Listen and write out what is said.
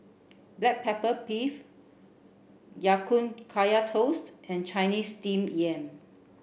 black pepper beef Ya Kun Kaya Toast and Chinese steam yam